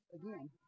again